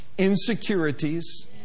insecurities